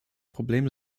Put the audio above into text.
problem